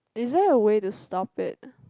is there a way to stop it